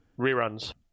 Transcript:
Reruns